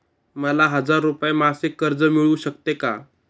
मला हजार रुपये मासिक कर्ज मिळू शकते का?